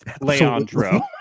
Leandro